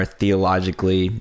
theologically